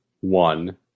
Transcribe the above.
one